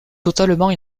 totalement